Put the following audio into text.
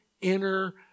inner